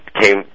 came